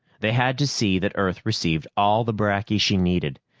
they had to see that earth received all the bracky she needed.